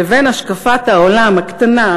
לבין השקפת העולם הקטנה,